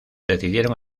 decidieron